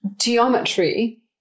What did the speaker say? Geometry